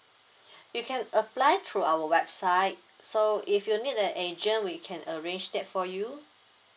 you can apply through our website so if you need the agent we can arrange that for you